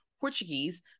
portuguese